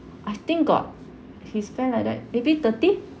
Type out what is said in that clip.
I think got he spend like that maybe thirty